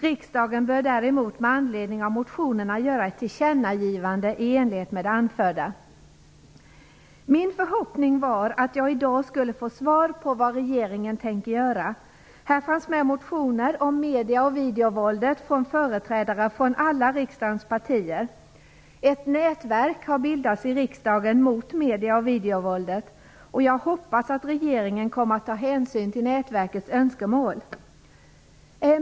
Riksdagen bör däremot med anledning av motionerna göra ett tillkännagivande i enlighet med det anförda." Min förhoppning var att jag i dag skulle få svar på frågan vad regeringen tänker göra. Här fanns med motioner om medie och videovåldet från företrädare från alla riksdagens partier. Ett nätverk har bildats i riksdagen mot medie och videovåldet. Jag hoppas att regeringen kommer att ta hänsyn till nätverkets önskemål.